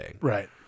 Right